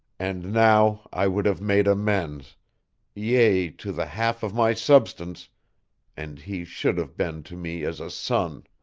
and now i would have made amends yea, to the half of my substance and he should have been to me as a son.